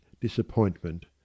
disappointment